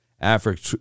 Africa